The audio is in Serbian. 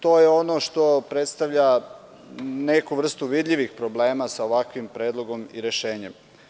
To je ono što predstavlja neku vrstu vidljivih problema sa ovakvim predlogom i rešenjem.